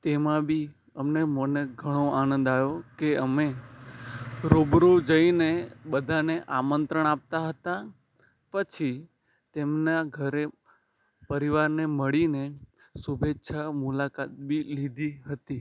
તેમાં બી અમને મને ઘણો આનંદ આવ્યો કે અમે રૂબરૂ જઈને બધાને આમંત્રણ આપતા હતા પછી તેમનાં ઘરે પરિવારને મળીને શુભેચ્છા મુલાકાત બી લીધી હતી